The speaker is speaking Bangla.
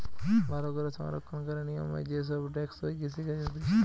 ভালো করে সংরক্ষণকারী নিয়মে যে সব টেকসই কৃষি কাজ হতিছে